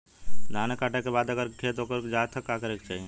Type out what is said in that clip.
धान कांटेके बाद अगर खेत उकर जात का करे के चाही?